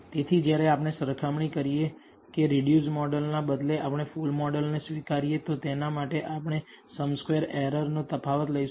તેથી જ્યારે આપણે સરખામણી કરીએ કે રિડ્યુસડ મોડલ ના બદલે આપણે ફુલ મોડલ ને સ્વીકારીએ તો તેના માટે આપણે સમ સ્ક્વેર એરર નો તફાવત લઈશું